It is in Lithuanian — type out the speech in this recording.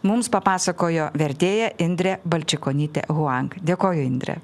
mums papasakojo vertėja indrė balčikonytė huang dėkoju indre